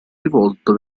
rivolto